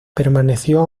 permaneció